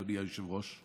אדוני היושב-ראש,